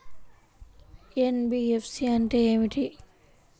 NBFC అంటే ఏమిటి?